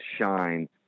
shine